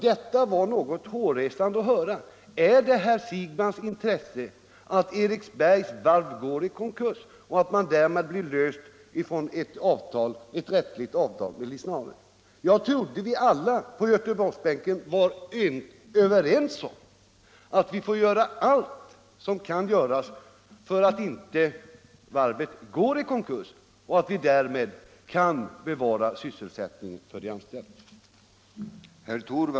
Detta var hårresande att höra! Är det herr Siegbahns intresse att Eriksbergs varv går i konkurs och därmed blir löst från ett rättsligt bindande avtal med Lisnave? Jag trodde att vi alla på Göteborgsbänken var överens om att vi får göra allt som kan göras för att inte varvet skall gå i konkurs och för att därmed bevara sysselsättningen för de anställda.